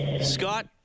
Scott